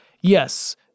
yes